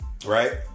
Right